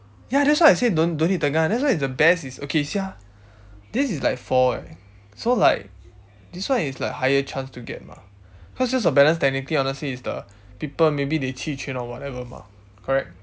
ya that's why I said don't don't need tengah that's why the best is okay you see ah this is like four eh so like this one is like higher chance to get mah cause sales of balance technically honestly is the people maybe they 弃权 or whatever mah correct